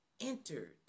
entered